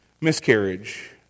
miscarriage